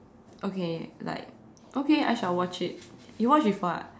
okay like okay I shall watch it you watch before ah